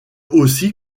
aussi